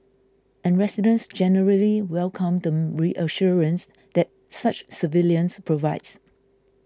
and residents generally welcome the reassurance that such surveillance provides